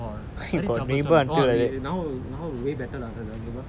orh very troublesome oh now now way better lah the neighbour